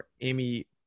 Amy